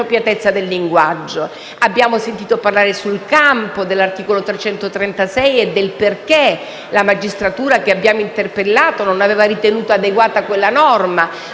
Abbiamo sentito parlare sul campo dell'articolo 336 del codice penale e del perché la magistratura che abbiamo interpellato non abbia ritenuto adeguata quella norma.